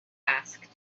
asked